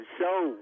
show